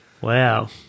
Wow